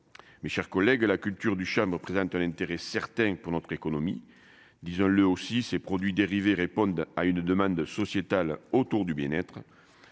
mes chers collègues, la culture du chameau présente un intérêt certain pour notre économie, disons-le aussi, ces produits dérivés répondent à une demande sociétale autour du bien-être,